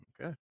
Okay